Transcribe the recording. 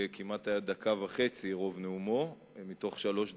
זה היה דקה וחצי מתוך שלוש דקות.